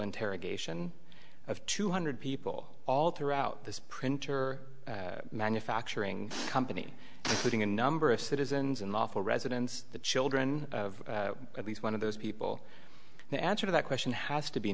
interrogation of two hundred people all throughout this printer manufacturing company putting a number of citizens in lawful residence the children of at least one of those people the answer to that question has to be